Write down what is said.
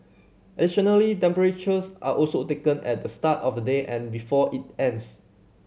additionally temperatures are also taken at the start of the day and before it ends